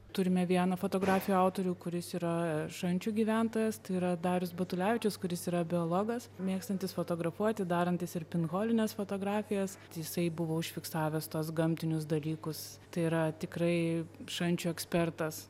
turime vieną fotografijų autorių kuris yra šančių gyventojas tai yra darius batulevičius kuris yra biologas mėgstantis fotografuoti darantis ir pinholines fotografijas jisai buvo užfiksavęs tuos gamtinius dalykus tai yra tikrai šančių ekspertas